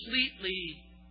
completely